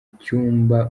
cyumba